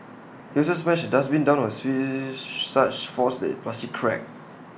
he also smashed A dustbin down on her with such force that plastic cracked